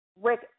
Rick